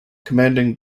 commanding